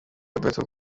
alberto